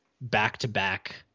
back-to-back